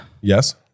Yes